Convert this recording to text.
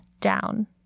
down